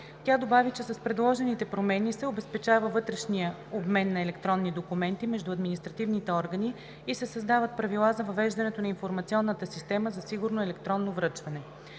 Тя добави, че с предложените промени се обезпечава вътрешният обмен на електронни документи между административните органи и се създават правила за въвеждането на Информационната система за сигурно електронно връчване.